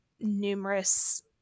numerous